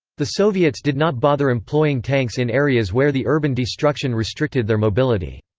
the soviets did not bother employing tanks in areas where the urban destruction restricted their mobility.